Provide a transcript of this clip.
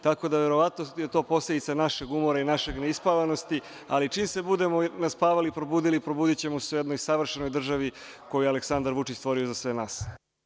Tako da je verovatno to posledica našeg umora i naše neispavanosti, ali čim se budemo naspavali i probudili, probudićemo se u jednoj savršenoj državi, koju je Aleksandar Vučić stvorio za sve nas.